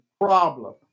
problem